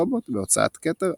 רובוט בהוצאת כתר,